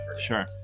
sure